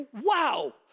wow